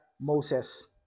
Moses